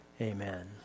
Amen